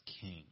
King